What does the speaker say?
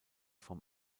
vom